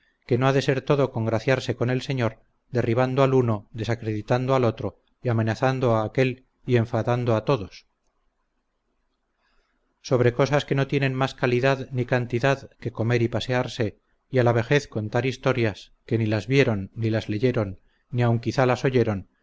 que no ha de ser todo congraciarse con el señor derribando al uno desacreditando al otro y amenazando a aquél y enfadando a todos sobre cosas que no tienen más calidad ni cantidad que comer y pasearse y a la vejez contar historias que ni las vieron ni las leyeron ni aun quizá las oyeron